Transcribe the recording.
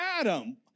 Adam